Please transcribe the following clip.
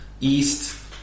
East